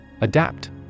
Adapt